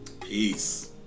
Peace